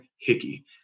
Hickey